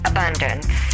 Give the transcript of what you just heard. Abundance